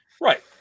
Right